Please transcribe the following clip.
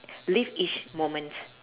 live each moment